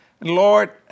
Lord